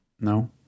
No